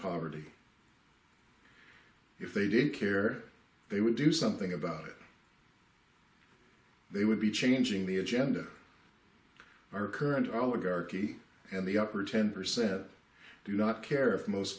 poverty if they didn't care they would do something about it they would be changing the agenda our current oligarchy and the upper ten percent do not care for most